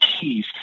keys